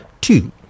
Two